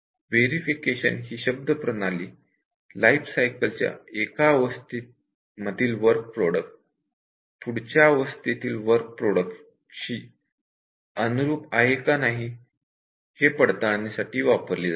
verification ही शब्द प्रणाली लाईफ सायकल च्या एका स्टेज मधील वर्क प्रॉडक्ट पुढच्या स्टेज मधील वर्क प्रॉडक्टशी अनुरूप आहे का नाही हे पडताळणीसाठी वापरली जाते